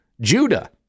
Judah